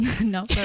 No